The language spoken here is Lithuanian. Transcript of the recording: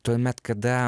tuomet kada